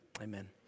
Amen